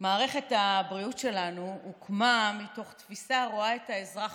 מערכת הבריאות שלנו הוקמה מתוך תפיסה הרואה את האזרח